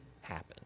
happen